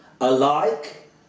alike